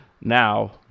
Now